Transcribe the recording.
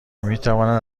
میتواند